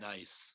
Nice